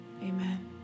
Amen